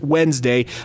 Wednesday